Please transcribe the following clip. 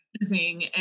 amazing